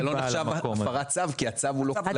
אבל זה לא נחשב הפרת צו, כי הצו הוא לא כלפיה.